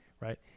Right